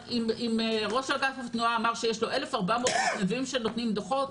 ראש אגף התנועה אמר שיש לו 1,400 מתנדבים שנותנים דוחות.